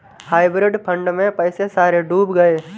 hybrid fund में पैसे सारे डूब गए